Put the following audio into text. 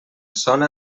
sona